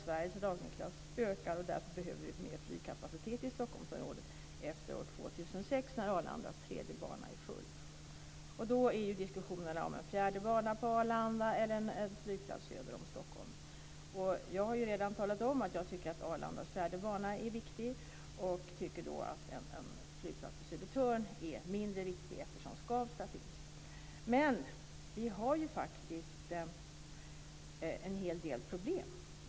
Sveriges dragningskraft ökar, och därför behöver vi mer flygkapacitet i Stockholmsområdet efter år Diskussionerna har gällt en fjärde bana på Arlanda eller en flygplats söder om Stockholm. Jag har redan talat om att jag tycker att Arlandas fjärde bana är viktig, och att jag tycker att en flygplats på Södertörn är mindre viktig eftersom Skavsta finns. Men vi har en hel del problem.